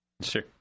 Sure